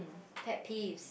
pet peeves